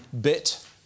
bit